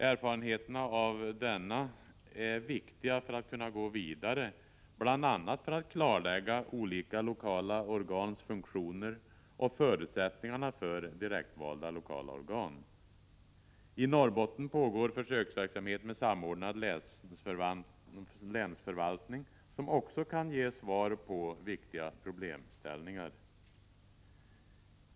Erfarenheterna av denna är viktig för att kunna gå vidare, bl.a. för att klarlägga olika lokala organs funktioner och förutsättningarna för direktvalda lokala organ. I Norrbotten pågår försöksverksamhet med samordnad länsförvaltning som också kan ge svar på viktiga problemställningar.